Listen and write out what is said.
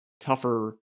tougher